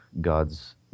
God's